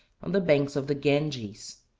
on the banks of the ganges.